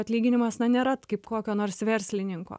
atlyginimas na nėra kaip kokio nors verslininko